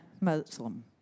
Muslim